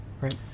right